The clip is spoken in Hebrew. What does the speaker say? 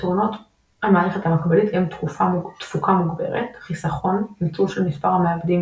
יתרונות המערכת המקבילית הם תפוקה מוגברת; חיסכון – ניצול של מספר מעבדים